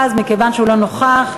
טיפול חוץ-ביתי,